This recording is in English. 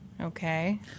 Okay